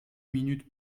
minutes